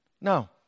No